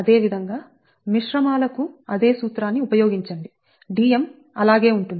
అదే విధంగా మిశ్రమాల కు అదే సూత్రాన్ని ఉపయోగించండి Dm అలాగే ఉంటుంది